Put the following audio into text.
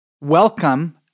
welcome